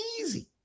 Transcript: easy